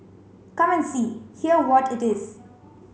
come and see hear what it is